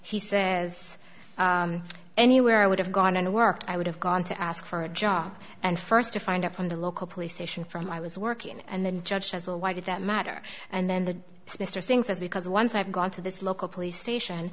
one he says anywhere i would have gone to work i would have gone to ask for a job and first to find out from the local police station from i was working and then judged as well why did that matter and then the mr singh says because once i've gone to this local police station